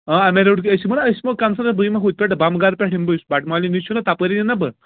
آ اَمے روڑٕ کِنۍ أسۍ یِمو نا أسۍ یِمو کَنسٲرٕن بہٕ یِمہٕ ہوتہِ پٮ۪ٹھٕ بمہٕ گرٕ پٮ۪ٹھٕ یِمہٕ بہٕ یُس بَٹہٕ مالیُن نِش چھُنا تَپٲری یِمہٕ نا بہٕ